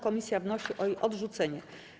Komisja wnosi o jej odrzucenie.